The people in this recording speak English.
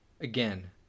again